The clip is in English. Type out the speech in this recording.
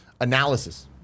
Analysis